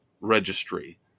registry